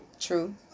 True